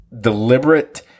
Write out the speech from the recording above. deliberate